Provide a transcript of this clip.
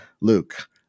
Luke